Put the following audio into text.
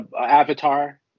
Avatar